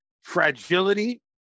fragility